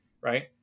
Right